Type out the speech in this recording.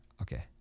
Okay